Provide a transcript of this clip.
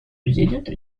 президента